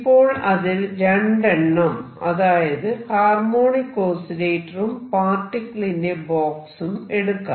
ഇപ്പോൾ അതിൽ രണ്ടെണ്ണം അതായത് ഹാർമോണിക് ഓസിലേറ്ററും പാർട്ടിക്കിൾ ഇൻ എ ബോക്സും എടുക്കാം